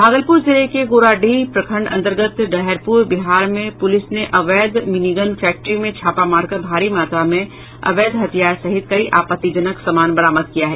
भागलपुर जिले के गोराडीह प्रखंड अंतर्गत डहरपुर बिहार में पुलिस ने अवैध मिनी गन फैक्ट्री में छापा मारकर भारी मात्रा में अवैध हथियार सहित कई आपत्तिजनक सामान बरामद किया है